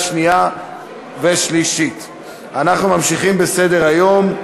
אנחנו ממשיכים בסדר-היום: